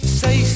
say